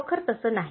खरोखर तसे नाही